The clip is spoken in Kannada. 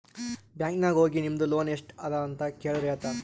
ಬ್ಯಾಂಕ್ ನಾಗ್ ಹೋಗಿ ನಿಮ್ದು ಲೋನ್ ಎಸ್ಟ್ ಅದ ಅಂತ ಕೆಳುರ್ ಹೇಳ್ತಾರಾ